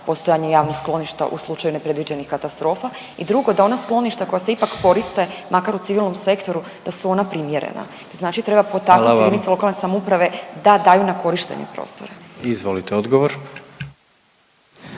postojanje javnih skloništa u slučaju nepredviđenih katastrofa. I drugo, da ona skloništa koja se ipak koriste makar u civilnom sektoru da su ona primjerena. Znači treba potaknuti jedinice lokalne samouprave da daju na korištenje prostor. **Jandroković,